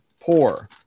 poor